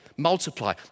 Multiply